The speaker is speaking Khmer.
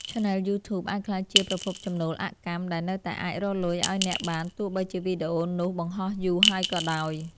ឆានែលយូធូប អាចក្លាយជាប្រភពចំណូលអកម្ម ដែលនៅតែអាចរកលុយឱ្យអ្នកបានទោះបីជាវីដេអូនោះបង្ហោះយូរហើយក៏ដោយ។